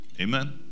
Amen